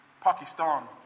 Pakistan